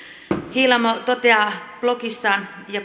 hiilamo toteaa blogissaan